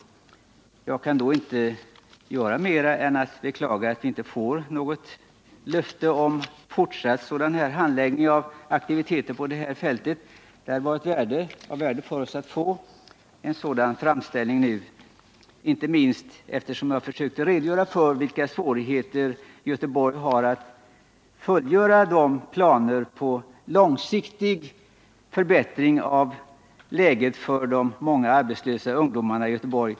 Jag kan då inte göra mer än att beklaga att vi inte får något löfte om att en sådan här handläggning av aktiviteter på detta fält fortsätter. Detta hade varit av värde för oss, inte minst mot bakgrund av de svårigheter jag försökte redogöra för som Göteborg har med att fullfölja planerna på långsiktig förbättring av läget för de många arbetslösa ungdomarna i Göteborg.